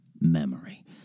memory